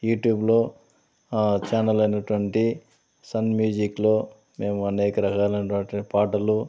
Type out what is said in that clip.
యూట్యూబ్లో ఛానెల్ అయినటువంటి సన్ మ్యూజిక్లో మేము అనేక రకాలైనటువంటి పాటలు